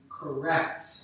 Correct